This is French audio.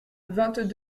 vingt